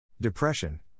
Depression